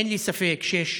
אין לי ספק שיש